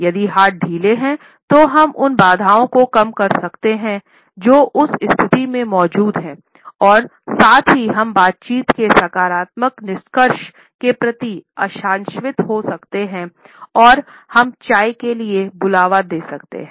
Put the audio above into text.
यदि हाथ ढीले हैं तो हम उन बाधाओं को कम कर सकते हैं जो उस स्थिति में मौजूद हैं और साथ ही हम बातचीत के सकारात्मक निष्कर्ष के प्रति आशान्वित हो सकते हैं और हम चाय के लिए बुलावा दे सकते हैं